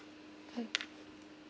uh